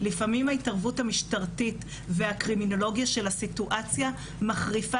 לפעמים ההתערבות המשטרתית והקרימינולוגיה של הסיטואציה מחריפה